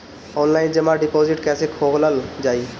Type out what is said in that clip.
Online जमा deposit कैसे खोलल जाइ?